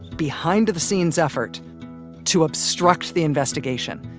behind the scenes effort to obstruct the investigation,